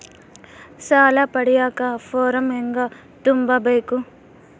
ಸಾಲ ಪಡಿಯಕ ಫಾರಂ ಹೆಂಗ ತುಂಬಬೇಕು?